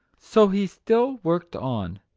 so he still worked on.